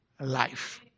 life